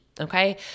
Okay